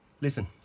Listen